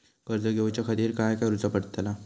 कर्ज घेऊच्या खातीर काय करुचा पडतला?